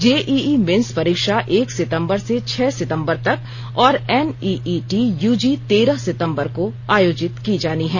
JEE Mains परीक्षा एक सितंबर से छह सितंबर तक और एनईईटी यूजी तेरह सितंबर को आयोजित की जा जानी हैं